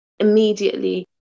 immediately